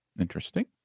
interesting